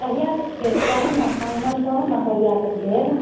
कहिआ तक देब कहू ने फाइनल कहू ने कहिआ तक देब